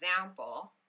example